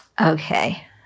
Okay